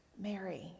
Mary